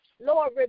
Lord